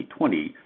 2020